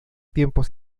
tiempos